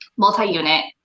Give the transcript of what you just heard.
multi-unit